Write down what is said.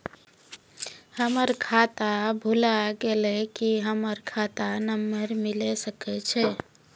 हमर खाता भुला गेलै, की हमर खाता नंबर मिले सकय छै?